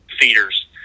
feeders